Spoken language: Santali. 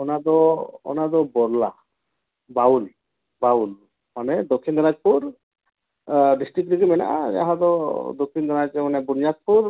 ᱚᱱᱟ ᱫᱚ ᱚᱱᱟᱫᱚ ᱵᱚᱞᱞᱟ ᱵᱟᱣᱩᱞ ᱵᱟᱣᱩᱞ ᱢᱟᱱᱮ ᱫᱚᱠᱠᱷᱤᱱ ᱫᱤᱱᱟᱡᱽᱯᱩᱨ ᱰᱤᱥᱴᱤᱠ ᱨᱮᱜᱮ ᱢᱮᱱᱟᱜᱼᱟ ᱡᱟᱦᱟᱸ ᱫᱚ ᱫᱚᱠᱠᱷᱤᱱ ᱫᱤᱱᱟᱡᱽ ᱢᱟᱱᱮ ᱵᱩᱱᱤᱭᱟᱫᱽᱯᱩᱨ